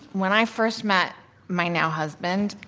when i first met my now husband,